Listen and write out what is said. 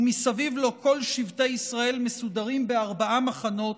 ומסביב לו כל שבטי ישראל מסודרים בארבעה מחנות: